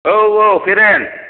औ औ पेरेन्ट